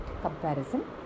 comparison